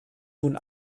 nun